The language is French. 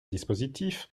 dispositif